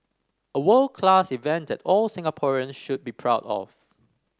a world class event that all Singaporean should be proud of